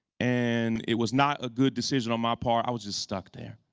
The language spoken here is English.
and it was not a good decision on my part, i was just stuck there.